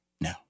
no